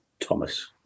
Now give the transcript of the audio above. Thomas